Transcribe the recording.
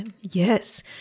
yes